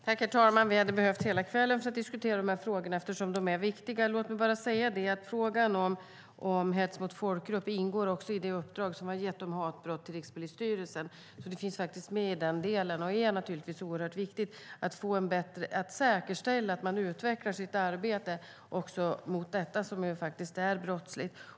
Herr talman! Vi hade behövt hela kvällen för att diskutera de här frågorna, eftersom de är viktiga. Låt mig bara säga att frågan om hets mot folkgrupp också ingår i det uppdrag om hatbrott vi har gett till Rikspolisstyrelsen. Det finns alltså med i den delen. Det är naturligtvis oerhört viktigt att säkerställa att man utvecklar sitt arbete också mot detta, som faktiskt är brottsligt.